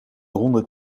honderd